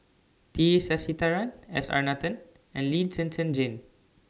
T Sasitharan S R Nathan and Lee Zhen Zhen Jane